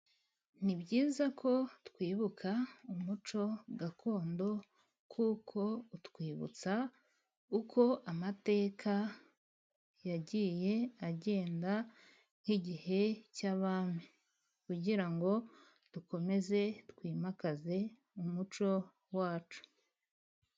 Ni byiza ko twibuka umuco gakondo, kuko utwibutsa uko amateka yagiye agenda nk'igihe cy'abami. Kugira ngo dukomeze twimakaze umuco wacu.